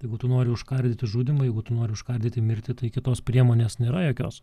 jeigu tu nori užkardyti žudymą jeigu tu nori užkardyti mirtį tai kitos priemonės nėra jokios